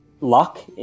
luck